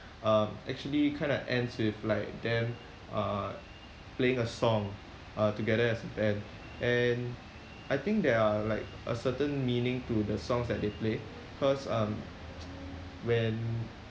um actually kind of ends with like them uh playing a song uh together as a band and I think there are like a certain meaning to the songs that they play cause um when